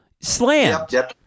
slammed